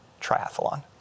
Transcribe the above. triathlon